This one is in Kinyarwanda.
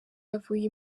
yavuye